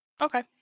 Okay